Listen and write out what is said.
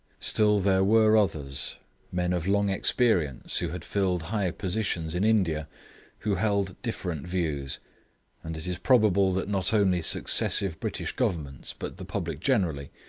still there were others men of long experience, who had filled high positions in india who held different views and it is probable that not only successive british governments, but the public generally,